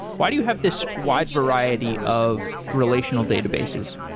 why do you have this wide variety of relational databases?